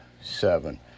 seven